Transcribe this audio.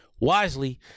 Wisely